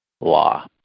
law